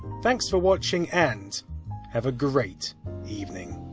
thanks for watching and have a great evening!